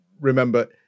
remember